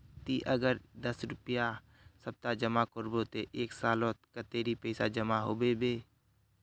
ती अगर दस रुपया सप्ताह जमा करबो ते एक सालोत कतेरी पैसा जमा होबे बे?